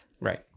right